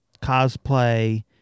Cosplay